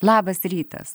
labas rytas